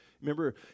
Remember